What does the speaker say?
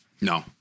No